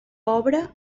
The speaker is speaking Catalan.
obra